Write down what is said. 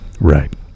Right